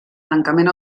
tancament